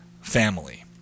family